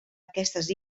aquestes